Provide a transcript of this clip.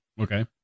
Okay